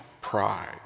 pride